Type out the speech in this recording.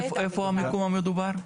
איפה המקום המדובר?